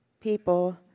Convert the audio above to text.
people